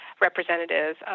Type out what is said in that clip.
representatives